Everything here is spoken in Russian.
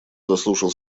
заслушал